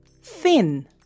thin